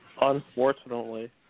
Unfortunately